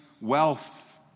wealth